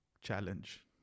challenge